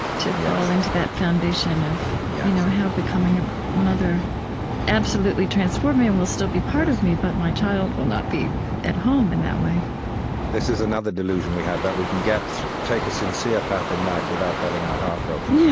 to fall into that foundation of yeah you know how becoming a mother absolutely transformed me and will still be part of me, but my child will not be at home in that way this is another delusion we have, that we can take a sincere path in life without having our heart broken. yeah